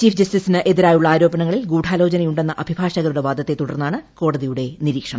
chief ജസ്റ്റിസിനെതിരായുള്ള ആരോപണങ്ങളിൽ ഗുഢാലോചനയുണ്ടെന്ന അഭിഭാഷകരുടെ വാദത്തെ തുടർന്നാണ് കോടതിയുടെ നിരീക്ഷണം